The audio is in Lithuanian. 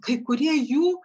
kai kurie jų